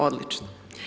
Odlično.